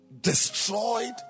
destroyed